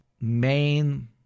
main